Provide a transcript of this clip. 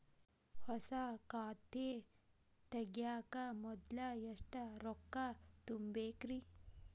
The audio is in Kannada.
ಹೊಸಾ ಖಾತೆ ತಗ್ಯಾಕ ಮೊದ್ಲ ಎಷ್ಟ ರೊಕ್ಕಾ ತುಂಬೇಕ್ರಿ?